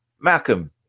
malcolm